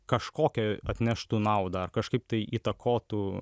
kažkokią atneštų naudą ar kažkaip tai įtakotų